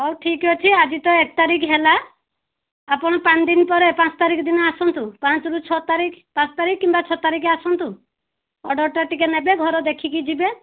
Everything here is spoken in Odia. ହଉ ଠିକ୍ଅଛି ଆଜି ତ ଏକ ତାରିଖ ହେଲା ଆପଣ ପାଞ୍ଚଦିନ ପରେ ପାଞ୍ଚ ତାରିଖ ଦିନ ଆସନ୍ତୁ ପାଞ୍ଚରୁ ଛଅ ତାରିଖ ପାଞ୍ଚ ତାରିଖ କିମ୍ବା ଛଅ ତାରିଖ ଆସନ୍ତୁ ଅର୍ଡ଼ରଟା ଟିକିଏ ନେବେ ଘର ଦେଖିକି ଯିବେ